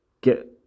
get